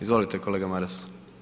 Izvolite kolega Maras.